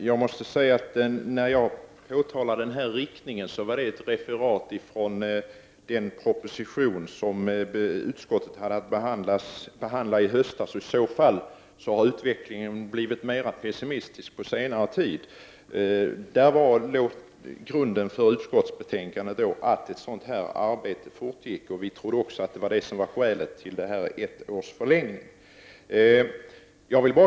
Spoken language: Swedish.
Herr talman! När jag påtalade den här riktningen var det ett referat ur den proposition som utskottet hade att behandla i höstas. I så fall har utvecklingen blivit mer pessimistisk på senare tid. Till grund för utskottsbetänkandet låg att ett sådant här arbete fortgick. Vi trodde också att det var skälet till förlängningen med ett år av övergångsbestämmelserna.